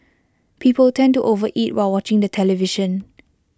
people tend to overeat while watching the television